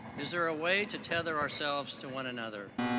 is there a way to tether ourselves to one another,